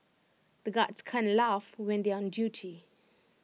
the guards can't laugh when they are on duty